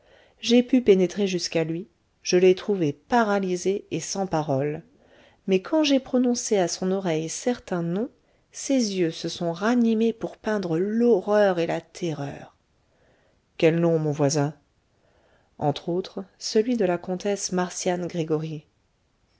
j'ai pu pénétrer jusqu'à lui je l'ai trouvé paralysé et sans parole mais quand j'ai prononcé à son oreille certains noms ses yeux se sont ranimés pour peindre l'horreur et la terreur quels noms mon voisin entre autres celui de la comtesse marcian gregoryi